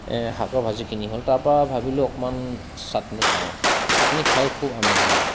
এই শাকৰ ভাজিখিনি হ'ল তাৰপৰা ভাবিলোঁ অকণমান চাটনি খাওঁ চাটনি খায়ো খুব আমেজ লাগে